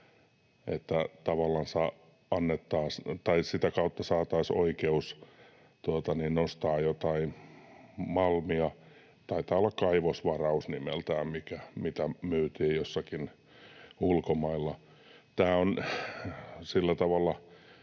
sitä kautta saataisiin oikeus nostaa jotain malmia — taitaa olla nimeltään kaivosvaraus, mitä myytiin jossakin ulkomailla.